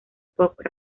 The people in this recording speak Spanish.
pop